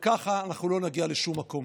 וככה אנחנו לא נגיע לשום מקום.